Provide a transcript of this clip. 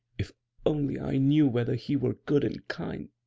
if only i knew whether he were good and kind